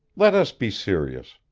let us be serious.